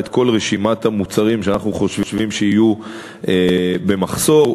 את רשימת כל המוצרים שאנחנו חושבים שיהיה בהם מחסור.